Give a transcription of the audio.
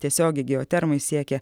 tiesiogiai geotermoj siekia